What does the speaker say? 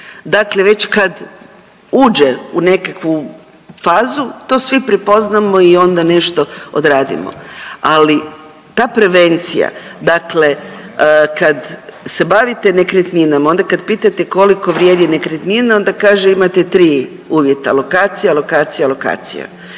Dakle, već kad uđe u nekakvu fazu to svi prepoznamo i ona nešto odradimo, ali ta prevencija dakle kad se bavite nekretninama i onda kad pitate koliko vrijedi nekretnina i onda kaže imate tri uvjeta lokacija, lokacija, lokacija.